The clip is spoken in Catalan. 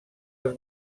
als